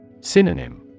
Synonym